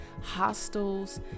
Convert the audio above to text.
hostels